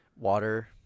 Water